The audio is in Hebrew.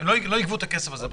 לא יגבו את הכסף הזה בסוף.